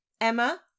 Emma